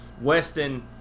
Weston